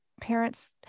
parents